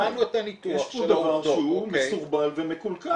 יש פה דבר שהוא מסורבל ומקולקל, צריך לתקן אותו.